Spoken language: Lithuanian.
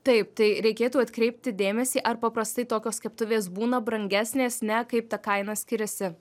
taip tai reikėtų atkreipti dėmesį ar paprastai tokios keptuvės būna brangesnės ne kaip ta kaina skiriasi